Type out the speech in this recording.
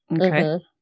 Okay